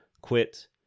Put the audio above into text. quit